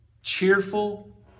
Cheerful